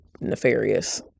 nefarious